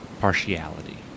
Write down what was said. partiality